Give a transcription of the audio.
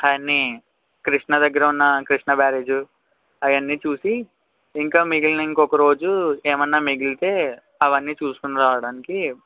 అవన్నీ కృష్ణ దగ్గర ఉన్న కృష్ణా బ్యారేజు అవన్నీ చూసి ఇంకా మిగిలిన ఇంకొకరోజు ఎమన్నా మిగిలితే అవన్నీ చూసుకొని రావడానికి